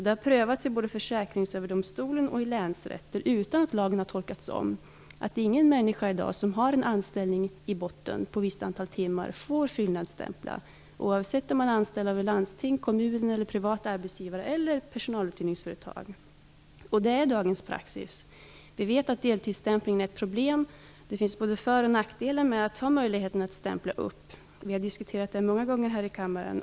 Det har prövats både i Försäkringsöverdomstolen och i länsrätter utan att lagen har tolkats om - ingen människa som i dag har en anställning i botten på ett visst antal timmar får fyllnadsstämpla oavsett om man är anställd av ett landsting, en kommun, en privat arbetsgivare eller ett personaluthyrningsföretag. Det är dagens praxis. Vi vet att deltidsstämplingen är ett problem. Det finns både för och nackdelar med den möjligheten. Vi har diskuterat det många gånger här i kammaren.